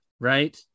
right